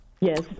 Yes